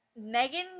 Megan